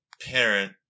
parent